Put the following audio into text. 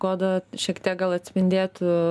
goda šiek tiek gal atspindėtų